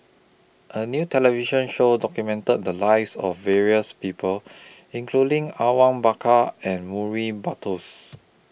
A New television Show documented The Lives of various People including Awang Bakar and Murray Buttrose